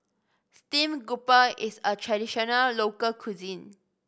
stream grouper is a traditional local cuisine